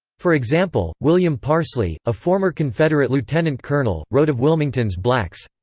for example, william parsley, a former confederate lieutenant-colonel, wrote of wilmington's blacks.